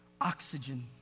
Oxygen